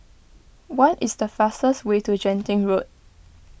what is the fastest way to Genting Road